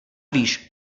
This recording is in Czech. víš